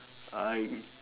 I eat